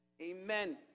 Amen